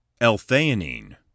L-theanine